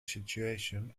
situation